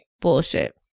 Bullshit